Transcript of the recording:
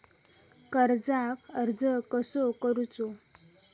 कर्जाक अर्ज कसो करूचो?